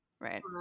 right